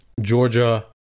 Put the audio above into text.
Georgia